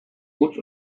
huts